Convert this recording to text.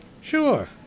Sure